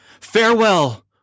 Farewell